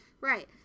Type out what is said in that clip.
right